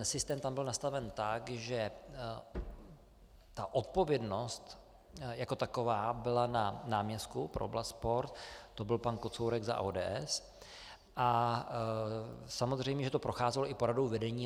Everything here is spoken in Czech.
Systém tam byl nastaven tak, že odpovědnost jako taková byla na náměstku pro oblast sportu, to byl pan Kocourek za ODS, a samozřejmě že to procházelo i poradou vedení.